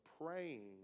praying